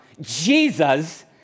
Jesus